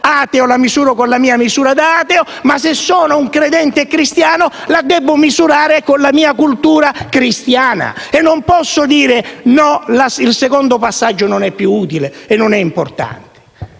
ateo, la misuro con la mia cultura da ateo; se sono un credente cristiano, la debbo misurare con la mia cultura cristiana. E non posso dire che il secondo passaggio non è più utile e importante.